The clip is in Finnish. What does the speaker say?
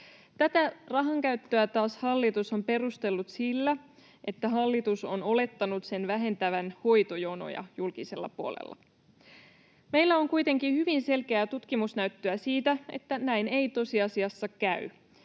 Tätä rahankäyttöä taas hallitus on perustellut sillä, että hallitus on olettanut sen vähentävän hoitojonoja julkisella puolella. Meillä on kuitenkin hyvin selkeää tutkimusnäyttöä siitä, että näin ei tosiasiassa käy.